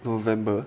november